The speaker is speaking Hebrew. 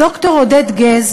ד"ר עודד גז